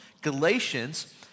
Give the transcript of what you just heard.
Galatians